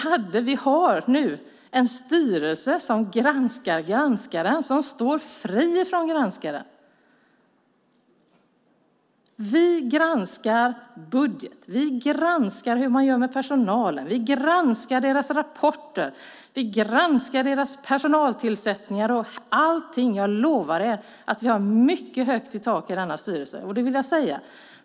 Nu finns det en styrelse som granskar granskaren, som står fri från granskaren. Vi granskar budget och hur man gör med personalen, vi granskar rapporter och personaltillsättningar. Jag lovar er att vi har mycket högt i tak i styrelsen.